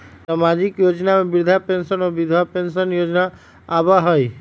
सामाजिक योजना में वृद्धा पेंसन और विधवा पेंसन योजना आबह ई?